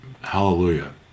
hallelujah